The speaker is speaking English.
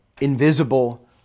invisible